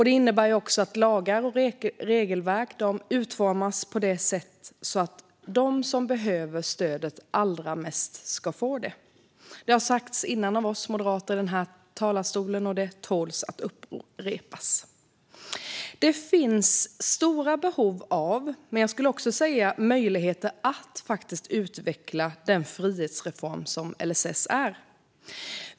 Det innebär att lagar och regelverk utformas så att de som behöver stödet allra mest ska få det. Det har sagts tidigare av oss moderater i denna talarstol, och det tål att upprepas. Det finns stora behov av, men också möjligheter, att utveckla den frihetsreform som LSS är.